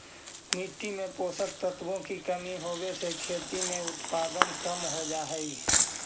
मिट्टी में पोषक तत्वों की कमी होवे से खेती में उत्पादन कम हो जा हई